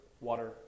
water